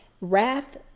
wrath